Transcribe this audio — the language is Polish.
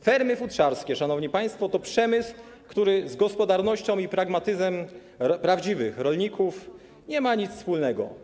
Fermy futrzarskie, szanowni państwo, to przemysł, który z gospodarnością i pragmatyzmem prawdziwych rolników nie ma nic wspólnego.